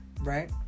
right